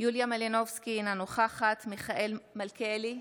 יוליה מלינובסקי, אינה נוכחת מיכאל מלכיאלי,